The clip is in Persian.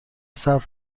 صبر